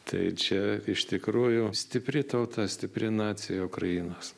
tai čia iš tikrųjų stipri tauta stipri nacija ukrainos